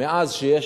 מאז שיש